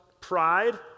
pride